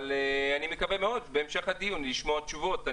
אבל אני מקווה מאוד בהמשך הדיון לשמוע תשובות.